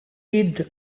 byd